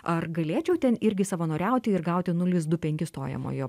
ar galėčiau ten irgi savanoriauti ir gauti nulis du penkis stojamojo